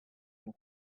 and